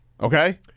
Okay